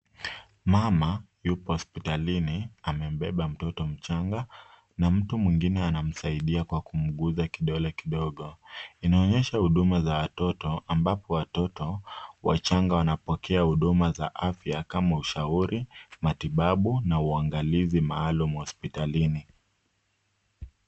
Mama yupo hospitalini, amembeba mtoto mchanga na mtu mwingine anamsaidia kwa kumguza kidole kidogo, inaonyesha huduma za watoto ambapo watoto wachanga wanapokea huduma za afya kama ushauri matibabu na uangalizi maalum hospitalini.